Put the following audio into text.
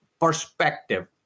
perspective